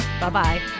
bye-bye